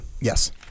Yes